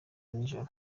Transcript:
ninjoro